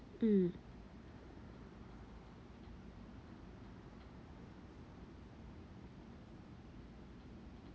mm